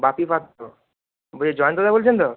বাপি পাত্র বলছি জয়ন্তদা বলছেন তো